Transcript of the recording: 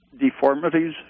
deformities